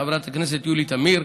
חברת הכנסת יולי תמיר,